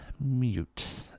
mute